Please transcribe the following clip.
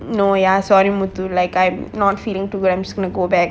no ya sorry muthu like I'm not feeling too well I'm just gonna go back